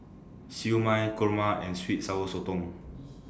Siew Mai Kurma and Sweet Sour Sotong